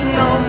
no